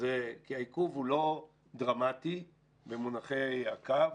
כי העיכוב הוא לא דרמטי במונחי הקו,